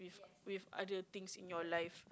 with other things in your life